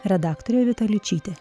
redaktorė vita ličytė